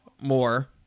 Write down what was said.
more